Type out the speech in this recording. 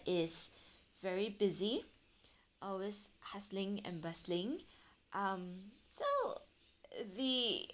is very busy always hustling and bustling um so the